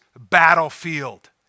battlefield